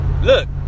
Look